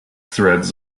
threads